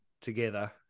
together